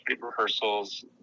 rehearsals